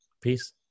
Peace